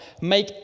make